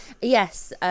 Yes